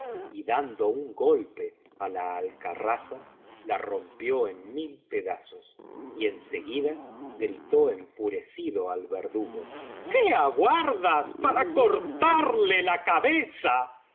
y dando un golpe á la alcarraza la rompió en mil pedazos y en seguida gritó enfurecido al verdugo que aguardas para cortarle la cabeza